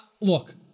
Look